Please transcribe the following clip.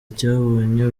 cyabonye